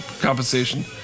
compensation